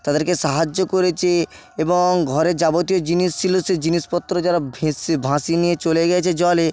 তাদেরকে সাহায্য করেছে এবং ঘরের যাবতীয় জিনিস ছিল সে জিনিসপত্র যারা ভেসে ভাসিয়ে নিয়ে চলে গিয়েছে জলে